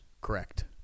correct